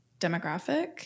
demographic